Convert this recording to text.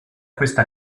questa